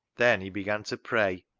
then he began to pray.